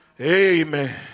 Amen